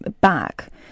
back